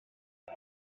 και